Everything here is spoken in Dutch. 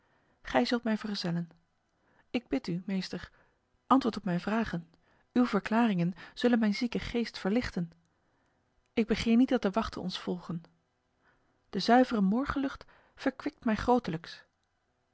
gij zult mij vergezellen ik bid u meester antwoord op mijn vragen uw verklaringen zullen mijn zieke geest verlichten ik begeer niet dat de wachten ons volgen de zuivere morgenlucht verkwikt mij